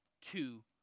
two